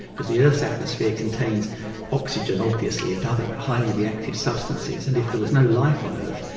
because the earth's atmosphere contains oxygen, obviously, and other highly reactive substances, and if there was no life on earth,